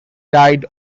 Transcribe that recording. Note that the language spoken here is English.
died